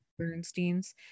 bernsteins